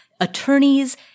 Attorneys